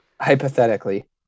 Hypothetically